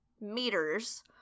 meters